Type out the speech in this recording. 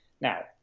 now